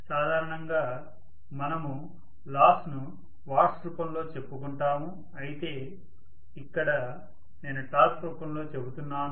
సాధారణంగా మనము లాస్ ను వాట్స్ రూపంలో చెప్పుకుంటాము అయితే ఇక్కడ నేను టార్క్ రూపంలో చెబుతున్నాను